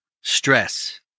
Stress